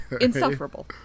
insufferable